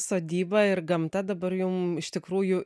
sodyba ir gamta dabar jum iš tikrųjų